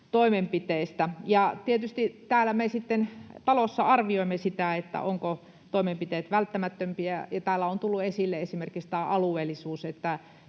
toimenpiteistä. Tietysti täällä talossa me sitten arvioimme, ovatko toimenpiteet välttämättömiä, ja täällä on tullut esille esimerkiksi tämä alueellisuus.